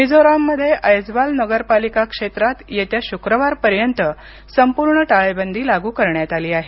मिझोराममध्ये ऐझवाल नगरपालिका क्षेत्रात येत्या शुक्रवारपर्यंत संपूर्ण टाळेबंदी लागू करण्यात आली आहे